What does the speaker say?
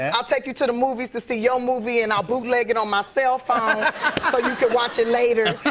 and i'll take you to the movies to see your yeah ah movie, and i'll bootleg it on my cellphone so you can watch it later.